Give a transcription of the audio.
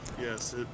Yes